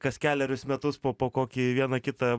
kas kelerius metus po po kokį vieną kitą